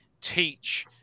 teach